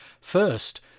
First